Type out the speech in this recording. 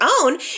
own